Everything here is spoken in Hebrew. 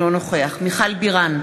אינו נוכח מיכל בירן,